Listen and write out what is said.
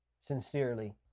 sincerely